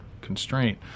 constraint